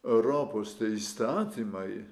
europos įstatymai